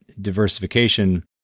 diversification